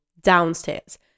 downstairs